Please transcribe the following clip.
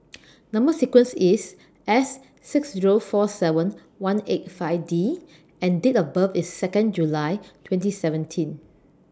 Number sequence IS S six Zero four seven one eight five D and Date of birth IS Second July twenty seventeen